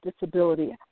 disability